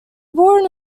born